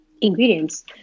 ingredients